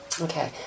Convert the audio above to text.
Okay